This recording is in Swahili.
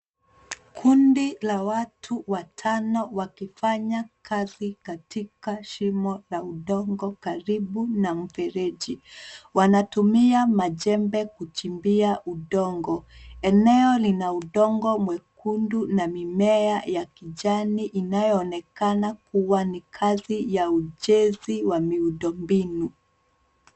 Kundi la watu watano wakifanya kazi ndani ya shimo la udongo karibu na mfereji. Wanatumia majembe kuchimbia udongo. Eneo lina udongo mwekundu na mimea ya kijani inayoonekana kuwa ni kazi ya ujenzi wa miundombinu.